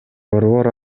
борбор